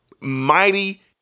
mighty